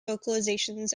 vocalizations